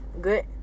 good